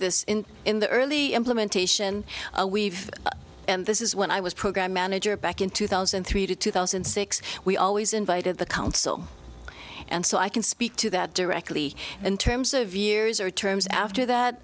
this in the early implementation we've and this is when i was program manager back in two thousand and three to two thousand and six we always invited the council and so i can speak to that directly in terms of years or terms after that